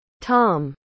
Tom